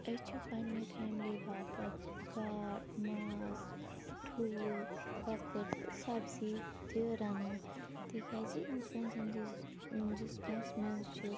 أسۍ چھِ پننہِ فیملی باپَتھ گاڈ ماز ٹھوٗل کۄکُر تہٕ سبزی تہِ رَنان تِکیٛازِ اِنسان سٕنٛدِس ٲں جِسمَس منٛز چھِ